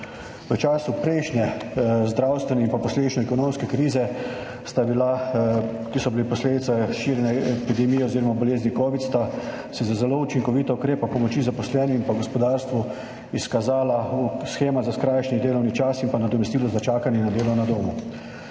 V času prejšnje zdravstvene in posledično ekonomske krize, ki je bila posledica širjenja epidemije oziroma bolezni covida, sta se za zelo učinkovita ukrepa pomoči zaposlenim in pa gospodarstvu izkazala shema za skrajšani delovni čas in pa nadomestilo za čakanje na delo na domu.